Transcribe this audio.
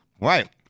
Right